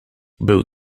był